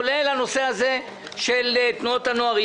כולל הנושא הזה של תנועות הנוער,